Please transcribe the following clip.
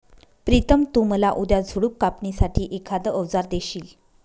प्रितम तु मला उद्या झुडप कापणी साठी एखाद अवजार देशील?